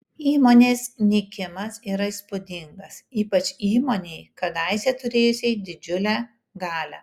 įmonės nykimas yra įspūdingas ypač įmonei kadaise turėjusiai didžiulę galią